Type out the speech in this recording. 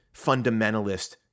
fundamentalist